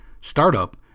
startup